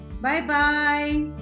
Bye-bye